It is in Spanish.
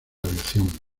aviación